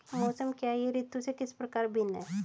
मौसम क्या है यह ऋतु से किस प्रकार भिन्न है?